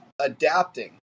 adapting